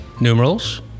numerals